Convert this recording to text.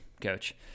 coach